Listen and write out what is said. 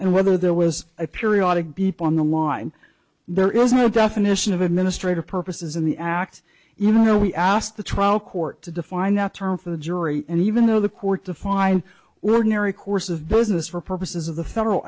and whether there was a periodic beep on the line there is a definition of administrative purposes in the act you know we asked the trial court to define the term for the jury and even though the court defined ordinary course of business for purposes of the federal